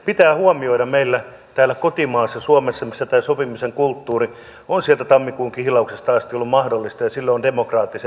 pitää huomioida meillä täällä kotimaassa suomessa missä tämä sopimisen kulttuuri on sieltä tammikuun kihlauksesta asti ollut mahdollista ja sille on demokraattiset perinteet